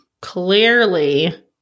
clearly